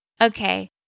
Okay